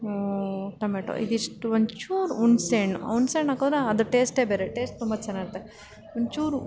tomato ಇದಿಷ್ಟು ಒಂಚೂರು ಹುಣ್ಸೇಹಣ್ಣು ಹುಣ್ಸೇಹಣ್ಣು ಹಾಕಿದ್ರೆ ಅದು ಟೇಸ್ಟೆ ಬೇರೆ ಟೇಸ್ಟ್ ತುಂಬ ಚೆನ್ನಾಗಿರುತ್ತೆ ಒಂಚೂರು